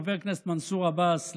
חבר הכנסת מנסור עבאס,